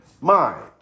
mind